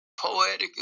poetic